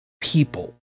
people